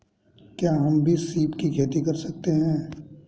क्या हम भी सीप की खेती कर सकते हैं?